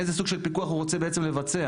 איזה סוג של פיקוח הוא רוצה בעצם לבצע.